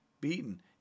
beaten